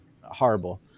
horrible